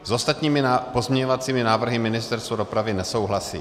S ostatními pozměňovacími návrhy Ministerstvo dopravy nesouhlasí.